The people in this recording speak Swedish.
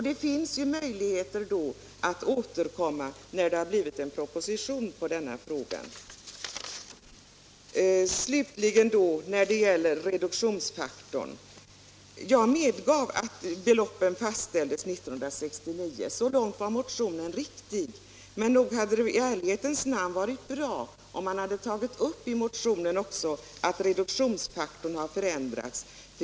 Det finns ju då möjligheter att återkomma när en proposition i frågan föreligger. När det gäller reduktionsfaktorn medgav jag att beloppen fastställdes 1969 — så långt var motionen riktig. Men nog hade i ärlighetens namn varit bra om man i motionen också hade berört att reduktionsfaktorn har förändrats.